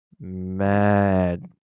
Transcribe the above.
mad